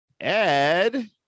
Ed